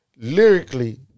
lyrically